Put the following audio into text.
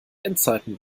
endzeiten